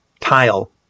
tile